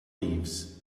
leaves